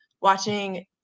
watching